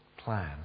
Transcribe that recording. plan